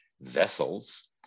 vessels